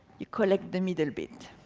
you collect the middle bit.